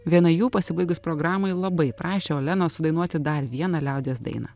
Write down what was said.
viena jų pasibaigus programai labai prašė olenos sudainuoti dar vieną liaudies dainą